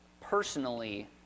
personally